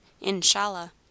Inshallah